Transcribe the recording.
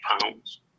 pounds